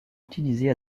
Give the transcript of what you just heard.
utilisés